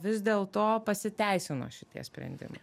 vis dėlto pasiteisino šitie sprendimai